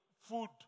food